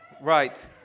right